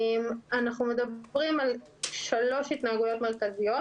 אנחנו מדברים על שלוש התנהגויות מרכזיות.